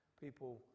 people